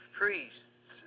priests